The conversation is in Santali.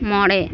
ᱢᱚᱬᱮ